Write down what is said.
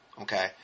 okay